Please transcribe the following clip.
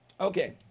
Okay